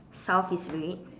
South is red